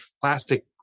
plastic